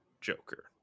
Joker